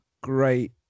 great